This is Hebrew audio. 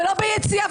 ולא ביציאה,